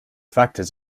factors